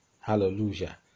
hallelujah